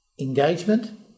engagement